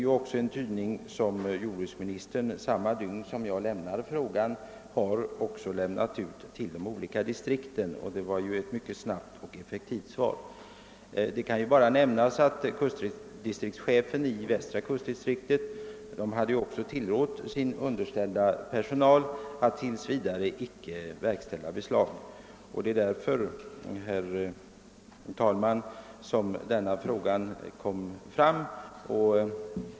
Samma dag som jag ställde frågan meddelade jordbruksministern de olika distrikten att den nya fiskeristadgan ändrats och att de skulle återgå till det gamla systemet; det var ett mycket snabbt och effektivt svar på min fråga. Jag kan nämna att kustdistriktschefen i västra kustdistriktet hade tillrått den honom underställda personalen att tills vidare icke verkställa beslag av fiskeredskap.